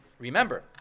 remember